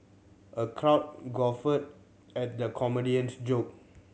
a crowd guffawed at the comedian's joke